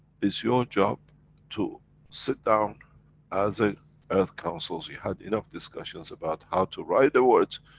it's your job to sit down as a earth council's, you had enough discussions about how to write the words,